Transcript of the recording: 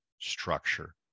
structure